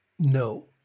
no